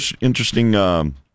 interesting